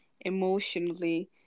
emotionally